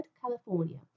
California